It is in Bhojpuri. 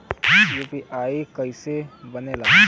यू.पी.आई कईसे बनेला?